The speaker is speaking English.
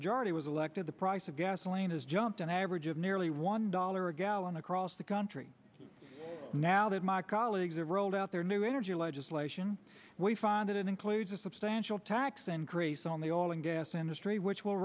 majority was elected the price of gasoline has jumped an average of nearly one dollar a gallon across the country now that my colleagues have rolled out their new energy legislation we find it includes a substantial tax increase on the oil and gas industry which will